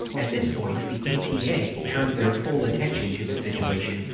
at this point, the epa turned their full attention to the situation,